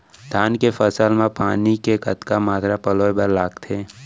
धान के फसल म पानी के कतना मात्रा पलोय बर लागथे?